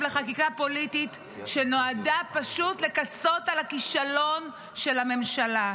לחקיקה פוליטית שנועדה פשוט לכסות על הכישלון של הממשלה.